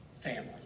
family